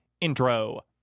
Intro